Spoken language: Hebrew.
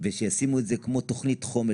ושישימו את זה כמו תוכנית חומש.